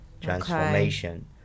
transformation